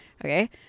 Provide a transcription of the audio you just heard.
okay